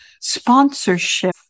sponsorship